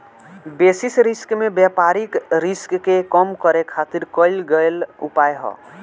basis risk में व्यापारिक risk के कम करे खातिर कईल गयेल उपाय ह